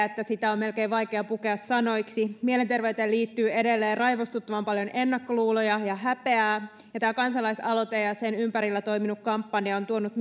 että sitä on melkein vaikea pukea sanoiksi mielenterveyteen liittyy edelleen raivostuttavan paljon ennakkoluuloja ja häpeää ja tämä kansalaisaloite ja sen ympärillä toiminut kampanja on tuonut